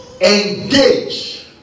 Engage